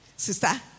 sister